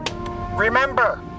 Remember